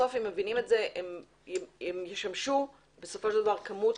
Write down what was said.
הם מבינים את זה שהן ישמשו בסופו של דבר כמות